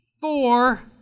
four